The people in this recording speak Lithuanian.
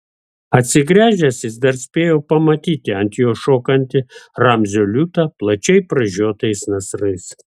atsigręžęs jis dar spėjo pamatyti ant jo šokantį ramzio liūtą plačiai pražiotais nasrais